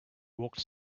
walked